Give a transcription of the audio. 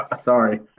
Sorry